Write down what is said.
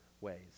ways